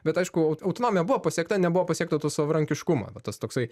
bet aišku autonomija buvo pasiekta nebuvo pasiekta to savarankiškumo va tas toksai